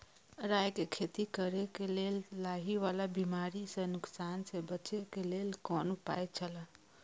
राय के खेती करे के लेल लाहि वाला बिमारी स नुकसान स बचे के लेल कोन उपाय छला?